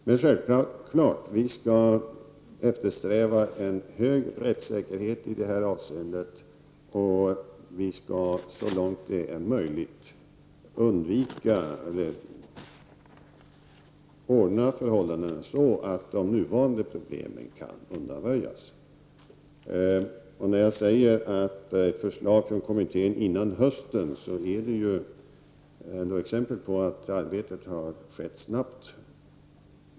Men självfallet skall vi eftersträva en hög rättssäkerhet i det avseendet, och vi skall så långt det är möjligt ordna förhållandena så, att de nuvarande problemen kan undanröjas. När jag säger att det skall komma förslag från kommittén före hösten, är det exempel på att arbetet har skett snabbt.